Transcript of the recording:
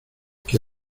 que